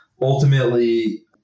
ultimately